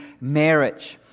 marriage